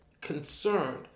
concerned